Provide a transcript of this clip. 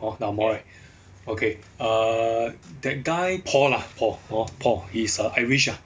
hor the ang moh right okay err that guy paul lah paul hor paul he's a irish lah